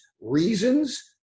reasons